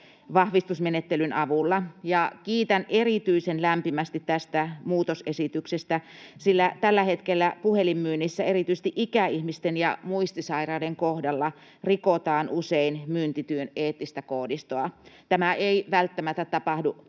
vahvistusmenettelyn avulla. Kiitän erityisen lämpimästi tästä muutosesityksestä, sillä tällä hetkellä puhelinmyynnissä erityisesti ikäihmisten ja muistisairaiden kohdalla rikotaan usein myyntityön eettistä koodistoa. Tämä ei välttämättä tapahdu